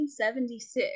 1976